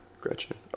Gretchen